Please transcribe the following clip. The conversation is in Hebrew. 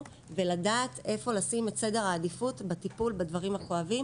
ולדעת איפה לשים את סדר העדיפות בטיפול בדברים הכואבים.